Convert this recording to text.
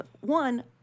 one